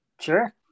Sure